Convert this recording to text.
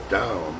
down